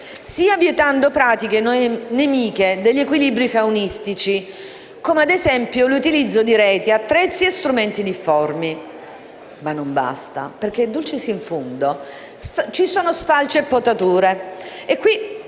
sia vietando pratiche nemiche degli equilibri faunistici, come ad esempio l'utilizzo di reti, attrezzi e strumenti difformi. Ma non basta, perché, *dulcis in fundo*, ci sono sfalci e potature.